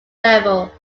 level